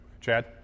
Chad